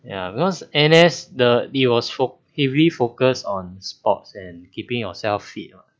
ya because N_S the it was foc~ it really focused on sports and keeping yourself fit what